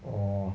orh